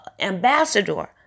ambassador